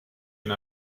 une